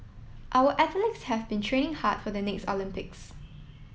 our athletes have been training hard for the next Olympics